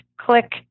Click